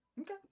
okay